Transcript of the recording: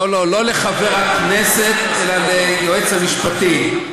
לא, לא לחבר הכנסת אלא ליועץ המשפטי.